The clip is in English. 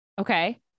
Okay